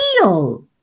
real